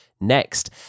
next